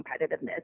competitiveness